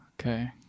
Okay